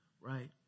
Right